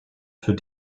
für